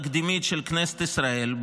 תקדימית של כנסת ישראל,